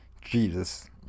Jesus